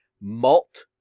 Malt